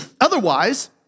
Otherwise